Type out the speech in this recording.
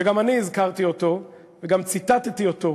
שגם אני הזכרתי אותו, וגם ציטטתי אותו,